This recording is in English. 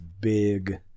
big